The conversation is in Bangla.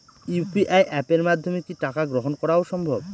ইউ.পি.আই অ্যাপের মাধ্যমে কি টাকা গ্রহণ করাও সম্ভব?